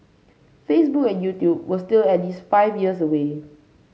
Facebook and YouTube were still at least five years away